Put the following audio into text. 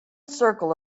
circle